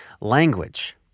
language